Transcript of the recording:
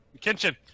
Kitchen